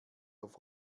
auf